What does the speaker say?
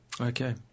Okay